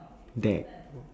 dag